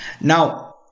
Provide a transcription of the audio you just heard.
Now